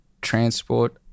transport